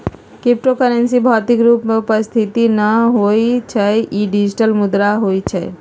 crypto currency भौतिक रूप में उपस्थित न होइ छइ इ डिजिटल मुद्रा होइ छइ